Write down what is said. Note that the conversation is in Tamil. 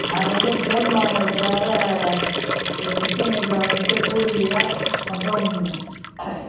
நாங்கள் வந்து போன் வாங்கிறதுக்காக கிருஷ்ணகிரியில் வந்துட்டு பூர்விகா மற்றும்